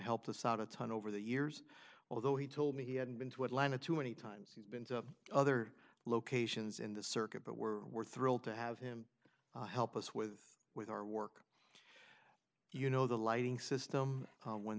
helpless out of town over the years although he told me he hadn't been to atlanta too many times he's been to other locations in the circuit but were thrilled to have him help us with with our work you know the lighting system when